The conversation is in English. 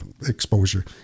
exposure